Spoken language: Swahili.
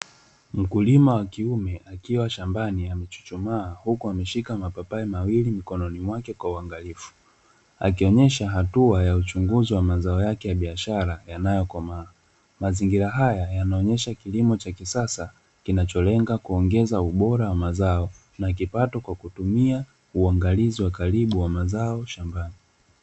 Mkulima wa kiume akiwa shambani amechuchumaa huku ameshika mapapai mawili mkononi mwake kwa uangalifu, akionyesha hatua ya uchunguzi wa mazao yake ya biashara yanayokomaa. Mazingira haya yanaonyesha kilimo cha kisasa kinacholenga kuongeza ubora wa mazao na kipato kwa kutumia uangalizi wa karibu wa mazao shambani.